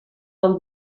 del